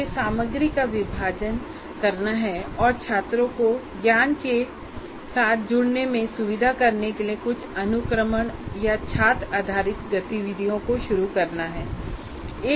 मुझे सामग्री का विभाजन करना है और छात्रों को ज्ञान के साथ जुड़ने में सुविधा के लिए कुछ अनुक्रमण या छात्र आधारित गतिविधियों को शुरू करना है